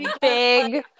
Big